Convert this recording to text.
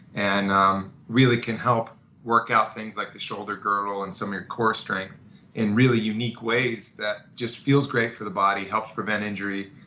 and um really can help work out things like the shoulder girdle and some of your core strength in really unique ways that just feels great for the body, helps prevent injury,